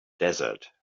desert